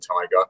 tiger